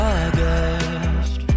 August